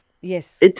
Yes